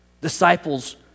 Disciples